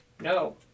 No